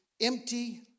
empty